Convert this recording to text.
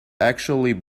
actually